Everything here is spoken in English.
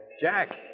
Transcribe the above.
Jack